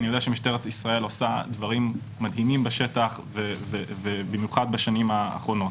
אני יודע שמשטרת ישראל עושה דברים מדהימים בשטח ובמיוחד בשנים האחרונות,